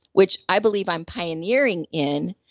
which i believe i'm pioneering in,